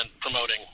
promoting